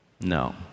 no